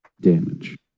damage